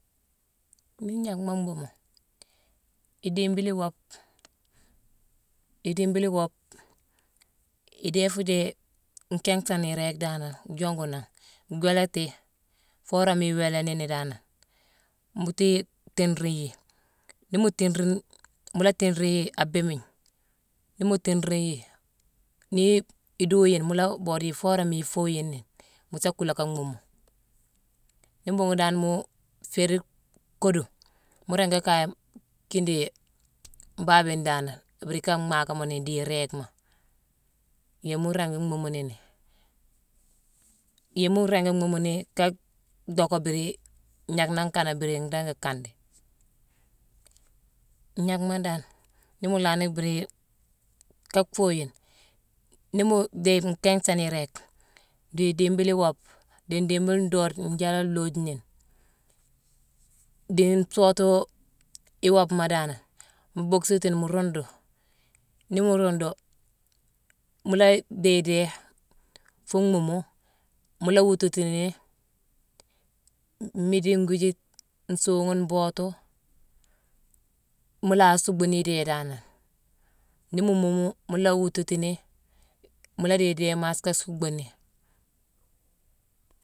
Nii gnéckma mbuumo, idiibile iwoobe, idiibile iwoobe, idéé ifuu déye ikinghsone iréég danane jongu nangh, gwéélati yi foo worama iwééla nini danane, mu tii thiinrine yi. Nii mu tiinerine-mu la tiiinerine yi a béémigne, nii muu tiinerine yi, nii iduyine, mu la boode yi foo worama ifooyine ni, mu sa kuula ka mhuumu. Nii mbuugune dan mu féérine koodu, mu ringi kaye kiine dii baabiyone danane, mbiri ika mhaakamoni dii iréégma, yééma mu ringi mhuumu nini. Yééma mu ringi mhuumu ni ka dhocka mbiri gnééck nangh kanane mbiri nringi kandi. Gnééckma dan, nii mu laanni mbiri ka fooyine, nii mu déye nkinghsone iréég, dii idiibile iwoobe, dii ndiibile ndoode njéélé loojiini, dii nsootoo iwoobema danane mu bocksini mu ruundu. Nii mu ruundu, mu la déye idéé fuu mhuumu, mu la wuututini mmiidine ngiijide, nsuughune, mbootu, mu la suckbu ni ndéé danane. Nii mu muumu, mu la wuututini, mu la déye idéé mass ka suckbuni.